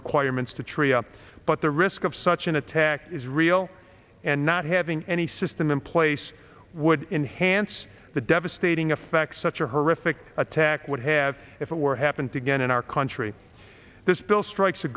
requirements to trea but the risk of such an attack is real and not having any system in place would enhance the devastating effect such a horrific attack would have if it were happened again in our country this bill strikes a